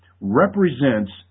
represents